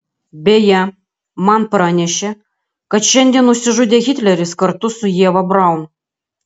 beje man pranešė kad šiandien nusižudė hitleris kartu su ieva braun